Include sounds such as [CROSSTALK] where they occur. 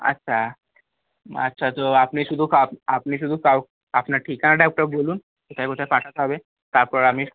আচ্ছা আচ্ছা তো আপনি শুধু [UNINTELLIGIBLE] আপনি শুধু [UNINTELLIGIBLE] আপনার ঠিকানাটা একটা বলুন কোথায় কোথায় পাঠাতে হবে তারপর আমি